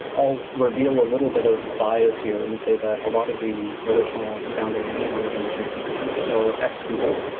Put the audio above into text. i'll reveal a little bit of bias here and say that a lot of the original founding engineering team or ex-google.